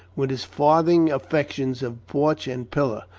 with its farthing aflfectations of porch and pillar,